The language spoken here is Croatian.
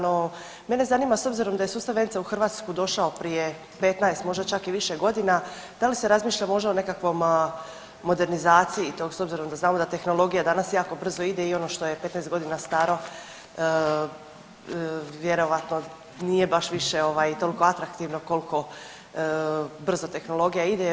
No mene zanima s obzirom da je sustav ENC-a u Hrvatsku došao prije 15 možda čak i više godina da li se razmišlja možda o nekakvom modernizaciji tog, s obzirom da tehnologija danas jako brzo ide i ono što je 15 godina staro vjerovatno nije baš više toliko atraktivno koliko brzo tehnologija ide.